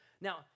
Now